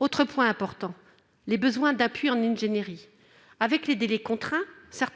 également sur les besoins d'appui en ingénierie. Avec des délais contraints,